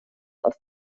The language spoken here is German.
aus